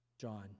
John